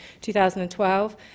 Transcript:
2012